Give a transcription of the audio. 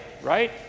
right